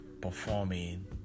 Performing